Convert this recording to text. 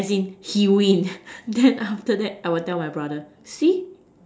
see as in he win then after that I'll tell my brother